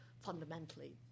fundamentally